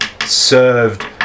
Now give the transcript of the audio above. served